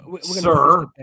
Sir